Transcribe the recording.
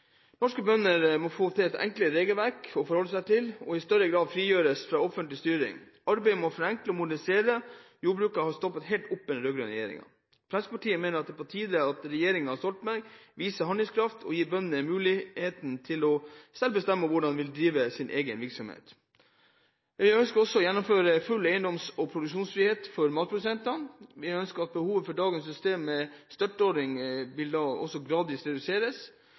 enklere regelverk å forholde seg til og i større grad frigjøres fra offentlig styring. Arbeidet med å forenkle og modernisere jordbruket har stoppet helt opp med den rød-grønne regjeringen. Fremskrittspartiet mener at det er på tide at regjeringen Stoltenberg viser handlekraft og gir bøndene muligheten til selv å bestemme over hvordan de vil drive sin egen virksomhet. Vi ønsker å gjeninnføre full eiendoms- og produksjonsfrihet for matprodusentene. Behovet for dagens system med støtteordninger vil da gradvis reduseres. Vi vil også